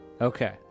Okay